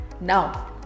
Now